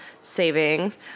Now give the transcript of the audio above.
savings